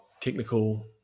technical